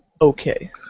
okay